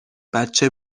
بچه